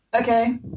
Okay